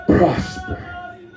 Prosper